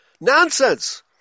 Nonsense